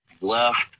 left